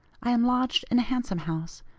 i am lodged in a handsome house,